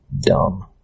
dumb